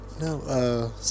No